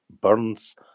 burns